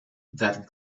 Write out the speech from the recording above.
that